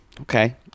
Okay